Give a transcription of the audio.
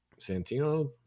Santino